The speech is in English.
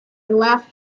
left